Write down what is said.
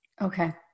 okay